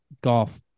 golf